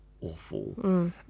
awful